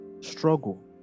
struggle